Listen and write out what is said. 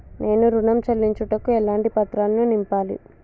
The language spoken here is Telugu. నేను ఋణం చెల్లించుటకు ఎలాంటి పత్రాలను నింపాలి?